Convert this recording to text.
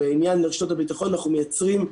ובעניין רשתות הביטחון אנחנו מייצרים,